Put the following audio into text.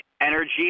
energy